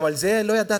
גם על זה לא ידעתם?